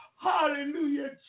Hallelujah